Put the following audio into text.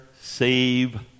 save